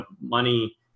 money